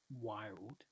Wild